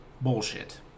Bullshit